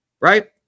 right